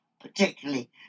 particularly